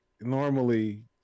normally